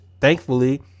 thankfully